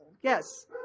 Yes